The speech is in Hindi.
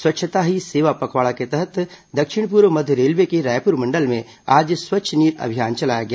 स्वच्छता ही सेवा पखवाड़ा के तहत दक्षिण पूर्व मध्य रेलवे के रायपुर मंडल में आज स्वच्छ नीर अभियान चलाया गया